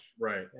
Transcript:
Right